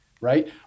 right